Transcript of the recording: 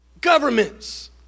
governments